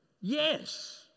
Yes